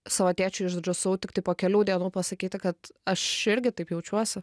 savo tėčiui išdrįsau tiktai po kelių dienų pasakyti kad aš irgi taip jaučiuosi